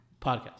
podcast